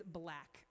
black